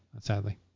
sadly